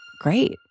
Great